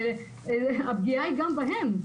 הפגיעה היא גם בהם.